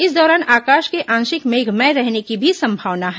इस दौरान आकाश के आंशिक मेघमय रहने की संभावना है